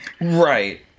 right